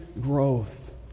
growth